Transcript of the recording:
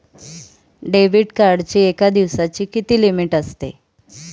Debit कार्डची एका दिवसाची किती लिमिट असते?